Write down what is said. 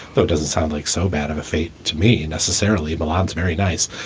though doesn't sound like so bad of a fate to me necessarily. bolognaise. very nice.